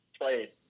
played